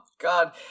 God